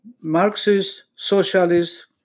Marxist-Socialist